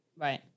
Right